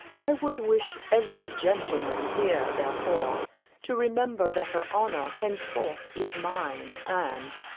i would wish every gentleman here therefore to remember that her honour henceforth is mine, and,